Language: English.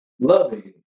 loving